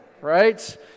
right